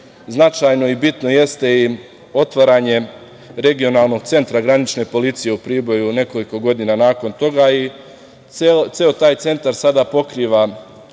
značajno i bitno jeste i otvaranje regionalnog centra granične policije u Priboju nekoliko godina nakon toga i ceo taj centar sada pokriva